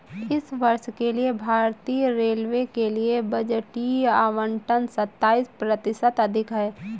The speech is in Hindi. इस वर्ष के लिए भारतीय रेलवे के लिए बजटीय आवंटन सत्ताईस प्रतिशत अधिक है